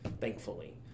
thankfully